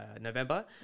November